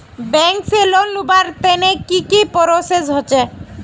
Bank से loan लुबार तने की की प्रोसेस होचे?